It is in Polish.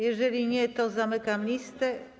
Jeżeli nie, to zamykam listę.